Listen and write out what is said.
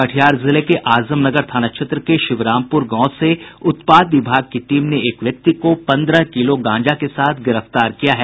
कटिहार जिले के आजमनगर थाना क्षेत्र के शिवरामपुर गांव से उत्पाद विभाग की टीम ने एक व्यक्ति को पंद्रह किलो गांजा के साथ गिरफ्तार किया है